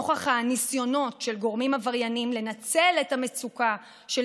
נוכח הניסיונות של גורמים עבריינים לנצל את המצוקה של